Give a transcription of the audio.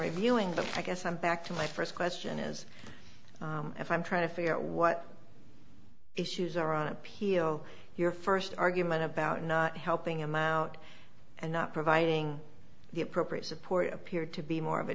reviewing i guess i'm back to my first question is if i'm trying to figure out what issues are on appeal your first argument about not helping him out and not providing the appropriate support appeared to be more of a